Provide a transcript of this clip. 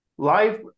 Life